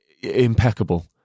impeccable